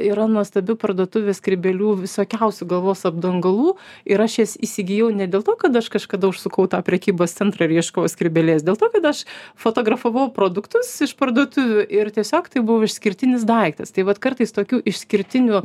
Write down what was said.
yra nuostabių parduotuvių skrybėlių visokiausių galvos apdangalų ir aš jas įsigijau ne dėl to kad aš kažkada užsukau tą prekybos centrą ir ieškojau skrybėlės dėl to kad aš fotografavau produktus iš parduotuvių ir tiesiog tai buvo išskirtinis daiktas tai vat kartais tokių išskirtinių